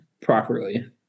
properly